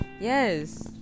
Yes